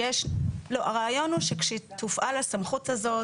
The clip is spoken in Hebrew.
הרעיון הוא שכשתופעל הסמכות הזאת,